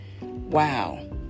wow